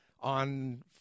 on